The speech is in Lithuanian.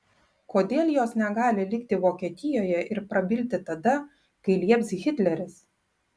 kodėl jos negali likti vokietijoje ir prabilti tada kai lieps hitleris